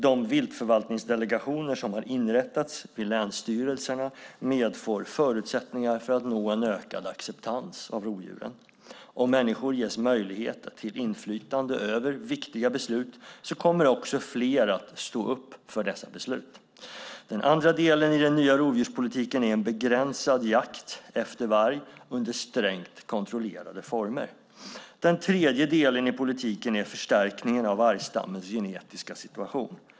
De viltförvaltningsdelegationer som har inrättats vid länsstyrelserna medför förutsättningar för att nå en ökad acceptans av rovdjuren. Om människor ges möjligheter till inflytande över viktiga beslut kommer också fler att stå upp för dessa beslut. Den andra delen i den nya rovdjurspolitiken är en begränsad jakt efter varg under strängt kontrollerade former. Den tredje delen i politiken är förstärkningen av vargstammens genetiska situation.